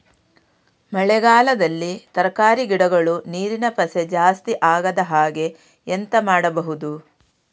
ಮಳೆಗಾಲದಲ್ಲಿ ತರಕಾರಿ ಗಿಡಗಳು ನೀರಿನ ಪಸೆ ಜಾಸ್ತಿ ಆಗದಹಾಗೆ ಎಂತ ಮಾಡುದು?